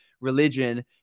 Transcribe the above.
religion